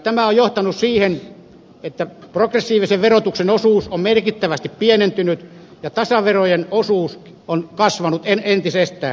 tämä on johtanut siihen että progressiivisen verotuksen osuus on merkittävästi pienentynyt ja tasaverojen osuus on kasvanut entisestään